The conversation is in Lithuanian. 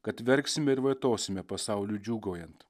kad verksime ir vaitosime pasauliui džiūgaujant